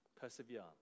Persevere